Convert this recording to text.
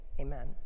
amen